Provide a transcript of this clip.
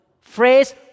phrase